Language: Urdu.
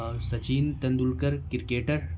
اور سچن تندولکر کرکٹر